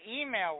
email